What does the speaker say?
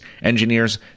engineers